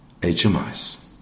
HMIs